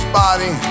body